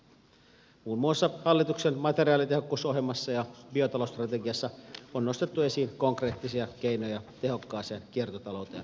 muun muassa hallituksen materiaalitehokkuusohjelmassa ja biotalousstrategiassa on nostettu esiin konkreettisia keinoja tehokkaaseen kiertotalouteen pääsemiseksi